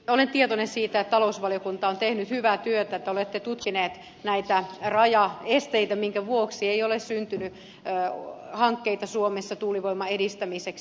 olen tietoinen siitä että talousvaliokunta on tehnyt hyvää työtä että olette tutkineet näitä rajaesteitä minkä vuoksi ei ole syntynyt hankkeita suomessa tuulivoiman edistämiseksi